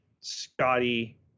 scotty